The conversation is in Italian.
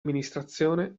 amministrazione